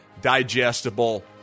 digestible